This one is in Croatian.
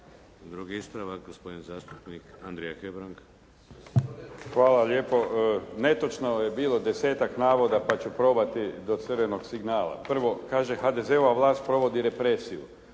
Drugi ispravak gospodin zastupnik Andrija Hebrang. **Hebrang, Andrija (HDZ)** Hvala lijepo. Netočno je bilo 10-ak navoda, pa ću probati do crvenog signala. Prvo. Kaže: "HDZ-a vlast provodi represiju,